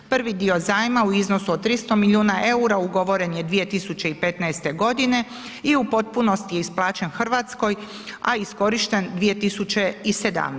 Prvi dio zajma u iznosu od 300 milijuna eura ugovore ne 2015. godine i u potpunosti je isplaćen Hrvatskoj a iskorišten 2017.